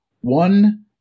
One